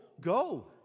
go